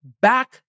back